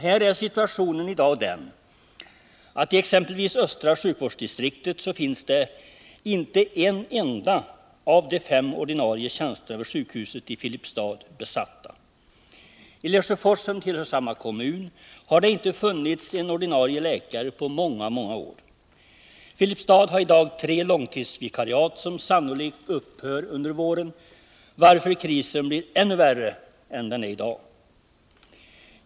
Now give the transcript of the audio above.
Här är situationen i dag den, att i exempelvis östra sjukvårdsdistriktet är inte en enda av de fem ordinarie tjänsterna vid sjukhuset i Filipstad besatt. I Lesjöfors, som tillhör samma kommun, har det inte funnits en ordinarie läkare på många år. Filipstad har i dag tre långtidsvikariat, som sannolikt upphör under våren, varför krisen blir ännu värre än i dag.